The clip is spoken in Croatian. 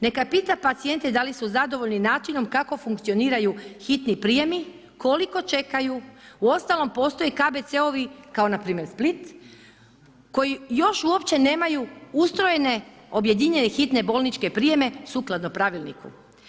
Neka pita pacijente da li su zadovoljni načinom kako funkcioniraju hitni prijemi, koliko čekaju, uostalom postoji KBC-ovi kao npr. Split koji još u uopće nemaju ustrojene objedinjene hitne bolničke prijeme sukladno pravilniku.